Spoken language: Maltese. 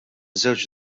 żewġ